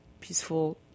peaceful